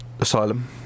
Asylum